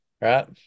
right